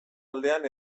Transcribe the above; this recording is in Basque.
aldean